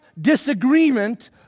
disagreement